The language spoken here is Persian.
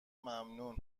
ممنون